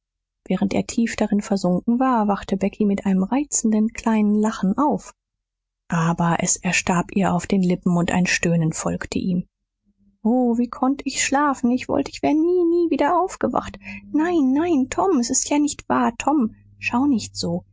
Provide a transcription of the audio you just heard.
während er tief darin versunken war wachte becky mit einem reizenden kleinen lachen auf aber es erstarb ihr auf den lippen und ein stöhnen folgte ihm o wie konnte ich schlafen ich wollt ich wär nie nie wieder aufgewacht nein nein tom s ist ja nicht wahr tom schau nicht so